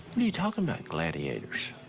you you talking about, gladiators?